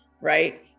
right